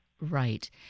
Right